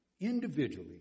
Individually